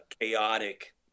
chaotic